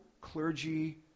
clergy